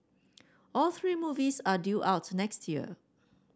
all three movies are due out next year